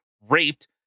raped